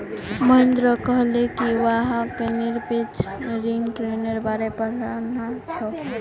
महेंद्र कहले कि वहाक् निरपेक्ष रिटर्न्नेर बारे पढ़ना छ